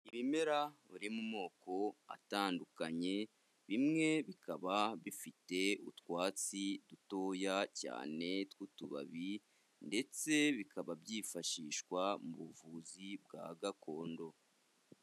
Ibimera biri mu moko atandukanye, bimwe bikaba bifite utwatsi dutoya cyane tw'utubabi ndetse bikaba byifashishwa mu buvuzi bwa gakondo.